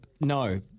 no